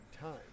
time